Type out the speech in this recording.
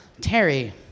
terry